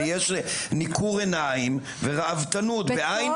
ויש ניכור עיניים, רעבתנות וראוותנות.